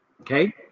Okay